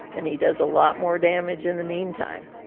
and he does a lot more damage in the meantime.